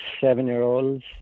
seven-year-olds